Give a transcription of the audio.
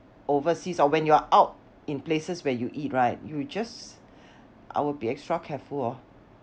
overseas or when you're out in places where you eat right you just I will be extra careful of